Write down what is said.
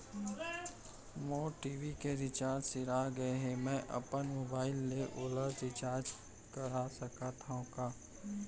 मोर TV के recharge सिरा गे हे, मैं अपन मोबाइल ले ओला रिचार्ज करा सकथव का?